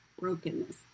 Brokenness